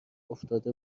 افتاده